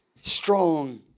strong